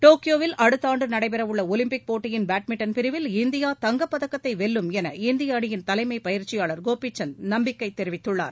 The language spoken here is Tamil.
டோக்கியோவில் அடுத்த ஆண்டு நடைபெறவுள்ள ஒலிம்பிக் போட்டியின் பேட்மிண்டன் பிரிவில் இந்தியா தங்கப்பதக்கத்தை வெல்லும் என இந்திய அணியின் தலைமைப் பயிற்சியாளர் கோபிசந்த் நம்பிக்கை தெரிவித்துள்ளார்